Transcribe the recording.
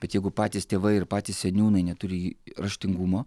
bet jeigu patys tėvai ir patys seniūnai neturi raštingumo